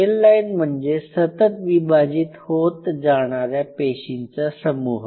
sale line म्हणजे सतत विभाजित होत जाणाऱ्या पेशींचा समूह